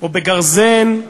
או בגרזן,